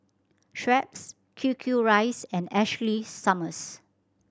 Schweppes Q Q Rice and Ashley Summers